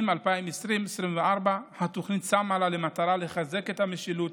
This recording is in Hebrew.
2020 2024. התוכנית שמה לה למטרה לחזק את המשילות